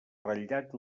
ratllat